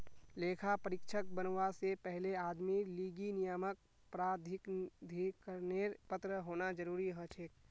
लेखा परीक्षक बनवा से पहले आदमीर लीगी नियामक प्राधिकरनेर पत्र होना जरूरी हछेक